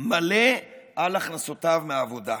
מלא על הכנסותיו מעבודה.